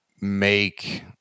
make